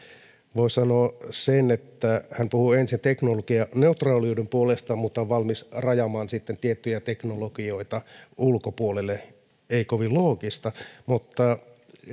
voi sanoa sen että hän puhui ensin teknologianeutraaliuden puolesta mutta on valmis rajaamaan sitten tiettyjä teknologioita ulkopuolelle ei kovin loogista mutta